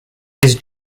his